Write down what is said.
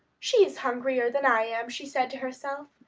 she is hungrier than i am, she said to herself.